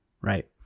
Right